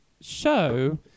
show